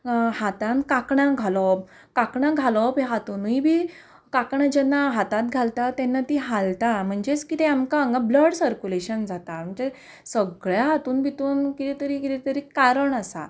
हातांत काकणां घालप काकणां घालप हातुनूय बी काकणां जेन्ना हातांत घालता तेन्ना तीं हालता म्हणजेच कितें आमकां हांगा ब्लड सर्कुलेशन जाता म्हणजे सगळ्या हातून भितून कितें तरी कितें तरी कारण आसा